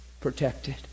protected